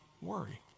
worry